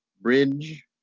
bridge